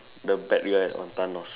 the bad guy on Thanos